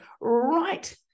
right